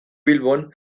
bilbon